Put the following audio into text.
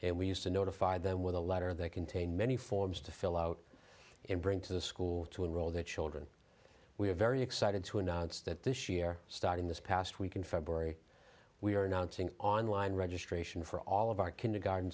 and we used to notify them with a letter that contain many forms to fill out and bring to the school to enroll their children we are very excited to announce that this year starting this past week in february we are announcing online registration for all of our kindergarten